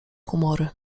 humory